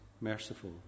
merciful